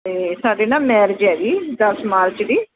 ਅਤੇ ਸਾਡੇ ਨਾ ਮੈਰਜ ਹੈਗੀ ਦਸ ਮਾਰਚ ਦੀ